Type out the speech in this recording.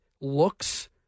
looks